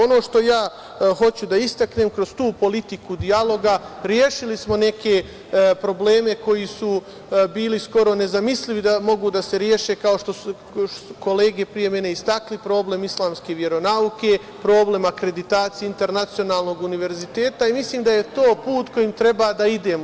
Ono što ja hoću da istaknem kroz tu politiku dijaloga, rešili smo neke probleme koji su bili skoro nezamislivi da mogu da se reše kao što su kolege pre mene istakli, problem islamske veronauke, problem akreditacije Internacionalnog univerziteta i mislim da je to put kojim treba da idemo.